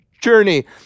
journey